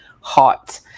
hot